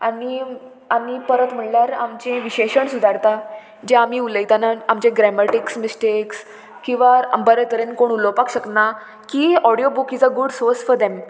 आनी आनी परत म्हणल्यार आमचें विशेशण सुदारता जें आमी उलयतना आमचें ग्रॅमेटिक्स मिस्टेक्स किंवां बरे तरेन कोण उलोवपाक शकना की audio book is a good source for them